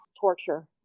torture